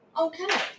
Okay